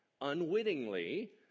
unwittingly